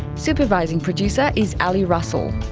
supervising producer is ali russell.